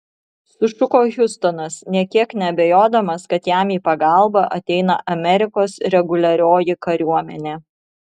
sušuko hiustonas nė kiek neabejodamas kad jam į pagalbą ateina amerikos reguliarioji kariuomenė